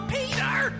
Peter